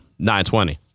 920